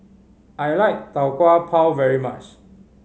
I like Tau Kwa Pau very much